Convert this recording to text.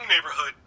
neighborhood